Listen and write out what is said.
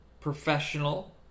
professional